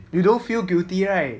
you don't feel guilty right